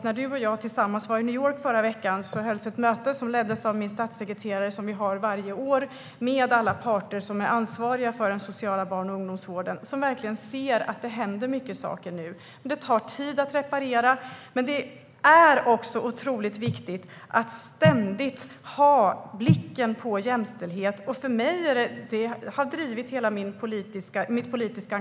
När Elisabeth Svantesson och jag var i New York förra veckan hölls ett möte som leddes av min statssekreterare och som vi har varje år med alla parter som är ansvariga för den sociala barn och ungdomsvården. Vi ser att händer mycket nu, men det tar tid att reparera. Det är också viktigt att ständigt ha blicken på jämställdhet.